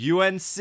UNC